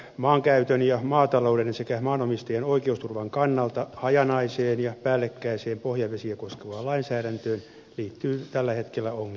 maankäytön ja maatalouden sekä maanomistajan oikeusturvan kannalta hajanaiseen ja päällekkäiseen pohjavesiä koskevaan lainsäädäntöön liittyy tällä hetkellä ongelmia